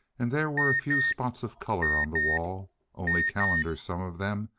and there were a few spots of color on the wall only calendars, some of them,